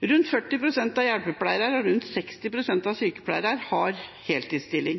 Det er rundt 40 pst. av hjelpepleierne og rundt 60 pst. av